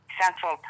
Central